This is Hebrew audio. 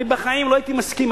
אני בחיים לא הייתי מסכים.